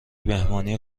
مهمانی